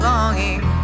Longing